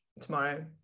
Tomorrow